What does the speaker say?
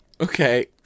Okay